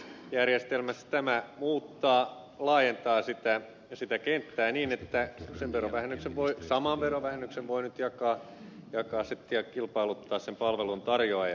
tämä muuttaa ja laajentaa sitä kenttää niin että sen saman verovähennyksen voi nyt jakaa sitten ja kilpailuttaa sen palvelun tarjoajan